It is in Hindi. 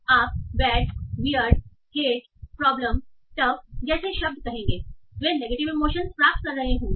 आप bad weird hate problem tough जैसे शब्द कहेंगे वे नेगेटिव इमोशंस प्राप्त कर रहे होंगे